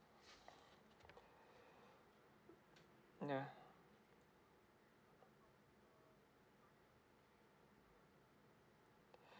ya